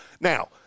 Now